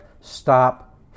stop